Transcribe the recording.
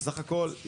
בסך הכל,